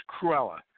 Cruella